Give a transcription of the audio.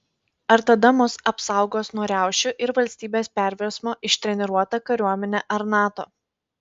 ar tada mus apsaugos nuo riaušių ir valstybės perversmo ištreniruota kariuomenė ar nato